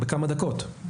בכמה דקות.